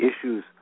issues